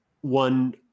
one